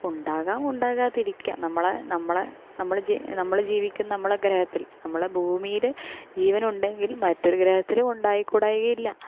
ഉണ്ടാകാം ഉണ്ടാകാതിരിക്കാം നമ്മളെ നമ്മളെ നമ്മൾ ജീ നമ്മൾ ജീവിക്കുന്ന നമ്മളെ ഗ്രഹത്തിൽ നമ്മളെ ഭൂമിയിൽ ജീവനുണ്ടെങ്കിൽ മറ്റൊരു ഗ്രഹത്തിലും ഉണ്ടായിക്കൂടായ്ക ഇല്ല